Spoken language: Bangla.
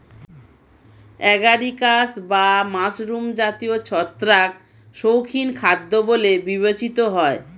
অ্যাগারিকাস বা মাশরুম জাতীয় ছত্রাক শৌখিন খাদ্য বলে বিবেচিত হয়